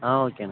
ஆ ஓகேண்ண